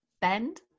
Bend